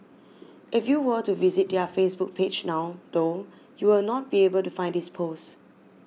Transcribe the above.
if you were to visit their Facebook page now though you will not be able to find this post